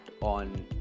on